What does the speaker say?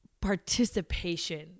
participation